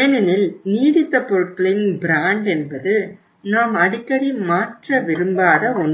ஏனெனில்நீடித்த பொருட்களின் பிராண்ட் என்பது நாம் அடிக்கடி மாற்ற விரும்பாத ஒன்று